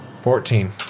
Fourteen